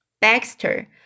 Baxter